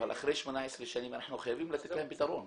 אבל אחרי 18 שנה אנחנו חייבים לתת להם פתרון.